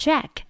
Jack